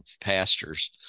pastors